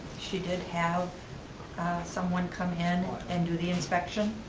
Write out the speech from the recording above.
she did have someone come in and do the inspection.